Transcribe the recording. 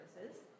Services